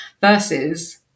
versus